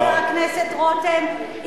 חבר הכנסת רותם,